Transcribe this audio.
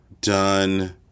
done